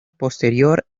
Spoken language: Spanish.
posterior